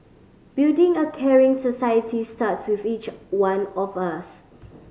building a caring society starts with each one of us